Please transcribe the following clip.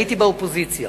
הייתי באופוזיציה,